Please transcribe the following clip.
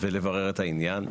ולברר את העניין.